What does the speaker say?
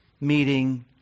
meeting